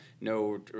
No